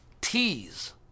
tease